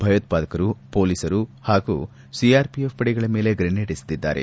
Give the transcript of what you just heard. ಭಯೋತ್ವಾದಕರು ಪೊಲೀಸರು ಹಾಗೂ ಸಿಆರ್ಪಿಎಫ್ ಪಡೆಗಳ ಮೇಲೆ ಗ್ರನೇಡ್ ಎಸೆದಿದ್ದಾರೆ